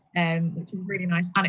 and which is really nice.